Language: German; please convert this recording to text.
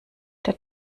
der